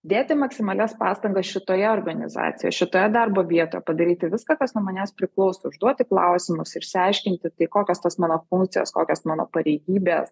dėti maksimalias pastangas šitoje organizacijoje šitoje darbo vietoje padaryti viską kas nuo manęs priklauso užduoti klausimus išsiaiškinti tai kokios tos mano funkcijos kokios mano pareigybės